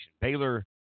Baylor